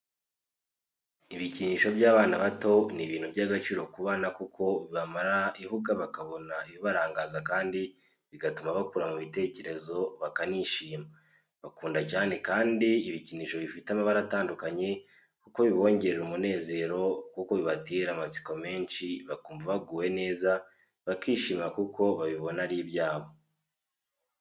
Ibikinisho by’abana bato n'ibintu by'agaciro ku bana kuko bibamara ihuga bakabona ibibarangaza kandi bigatuma bakura mu bitekerezo bakanishima, bakunda cyane kandi ibikinisho bifite amabara atandukanye kuko bibongerera umunezero kuko bibatera amatsiko menshi bakumva baguwe neza bakishimira kuko babibona ari ibyabo.